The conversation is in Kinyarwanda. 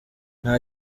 nta